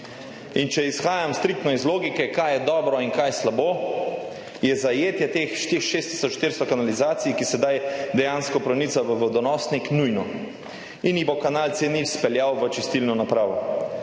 In če izhajam striktno iz logike, kaj je dobro in kaj slabo, je zajetje teh 6 tisoč 400 kanalizacij, ki sedaj dejansko pronica v vodonosnik, nujno in jih bo kanal C0 speljal v čistilno napravo.